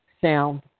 sound